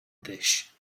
dish